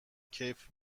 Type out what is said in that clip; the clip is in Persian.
کیف